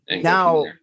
Now